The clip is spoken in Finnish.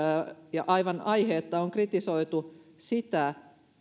ja aivan aiheetta on kritisoitu sitä